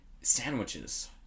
sandwiches